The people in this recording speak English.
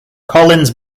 collins